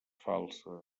falsa